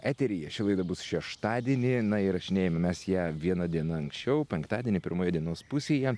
eteryje ši laida bus šeštadienį įrašinėjame mes ją viena diena anksčiau penktadienį pirmoje dienos pusėje